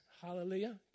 Hallelujah